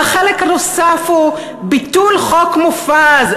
והחלק הנוסף הוא ביטול חוק מופז.